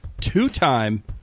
two-time